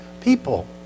people